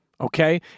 okay